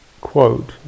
quote